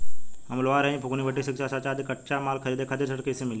हम लोहार हईं फूंकनी भट्ठी सिंकचा सांचा आ कच्चा माल खरीदे खातिर ऋण कइसे मिली?